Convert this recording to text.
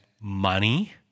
money